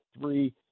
three